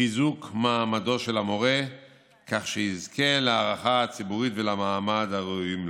חיזוק מעמדו של המורה כך שיזכה להערכה הציבורית ולמעמד הראויים לו,